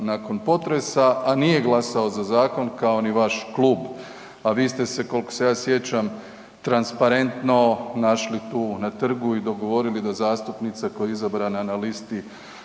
nakon potresa, a nije glasao za zakon kao ni vaš klub. A vi ste se, kolko se ja sjećam, transparentno našli tu na trgu i dogovorili da zastupnica koja je izabrana na listi